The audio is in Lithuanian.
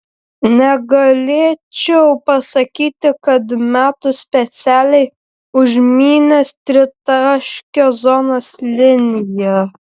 negalėčiau pasakyti kad metu specialiai užmynęs tritaškio zonos liniją